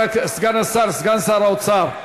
סגן השר, סגן שר האוצר,